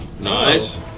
Nice